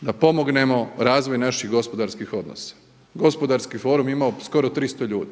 da pomognemo razvoj naših gospodarskih odnosa. Gospodarski forum je imao skoro 300 ljudi.